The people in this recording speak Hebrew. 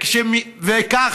וכך,